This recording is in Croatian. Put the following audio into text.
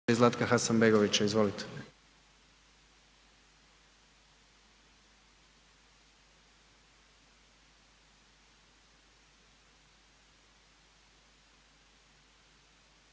Zlatka Hasanbegovića, prvi